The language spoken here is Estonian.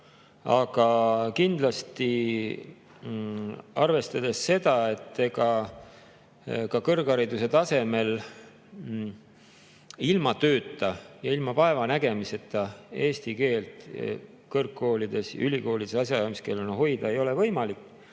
Aga kindlasti, arvestades seda, et ega ka kõrghariduse tasemel ilma tööta ja ilma vaeva nägemiseta eesti keelt kõrgkoolides, ülikoolides asjaajamiskeelena hoida ei ole võimalik,